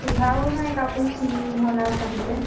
সোধাও নাই কাকো কি ভাওনা পাতিছে